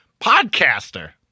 podcaster